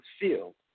field